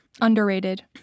Underrated